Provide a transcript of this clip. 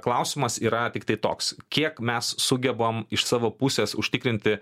klausimas yra tiktai toks kiek mes sugebam iš savo pusės užtikrinti